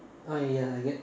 ah ya I get